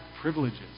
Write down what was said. privileges